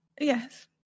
yes